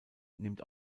nimmt